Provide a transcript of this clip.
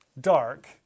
dark